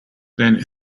then